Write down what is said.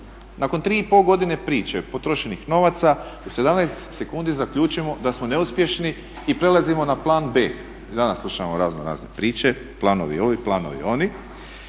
nakon 3,5 godine priče, potrošenih novaca u 17 sekundi zaključimo da smo neuspješni i prelazimo na plan B. I danas slušamo razno razne priče, planovi ovi, planovi oni